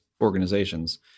organizations